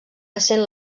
essent